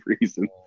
reason